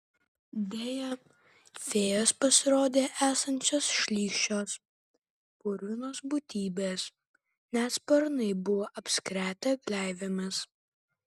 deja fėjos pasirodė esančios šlykščios purvinos būtybės net sparnai buvo apskretę gleivėmis